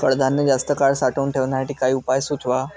कडधान्य जास्त काळ साठवून ठेवण्यासाठी काही उपाय सुचवा?